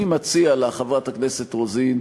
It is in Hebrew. אני מציע לך, חברת הכנסת רוזין,